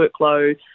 workload